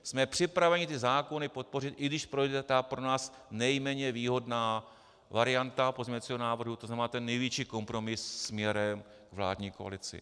Jsme připraveni zákony podpořit, i když projde pro nás ta nejméně výhodná varianta pozměňovacího návrhu, to znamená největší kompromis směrem k vládní koalici.